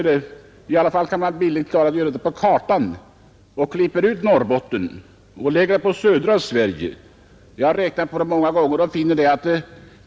Vi kan från en karta klippa ut Norrbotten och lägga det över södra Sverige.